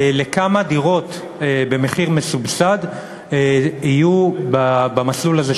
כמה דירות במחיר מסובסד יהיו במסלול הזה,